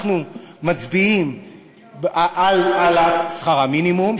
אנחנו מצביעים על העלאת שכר המינימום,